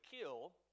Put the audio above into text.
kill